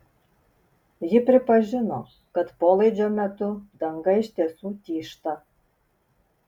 ji pripažino kad polaidžio metu danga iš tiesų tyžta